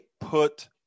put